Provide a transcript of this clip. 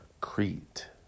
Crete